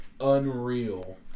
unreal